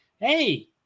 hey